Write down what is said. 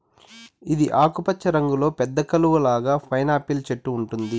ఇది ఆకుపచ్చ రంగులో పెద్ద కలువ లాగా పైనాపిల్ చెట్టు ఉంటుంది